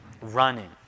running